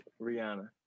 Rihanna